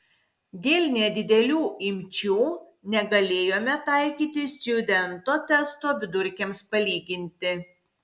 dėl nedidelių imčių negalėjome taikyti stjudento testo vidurkiams palyginti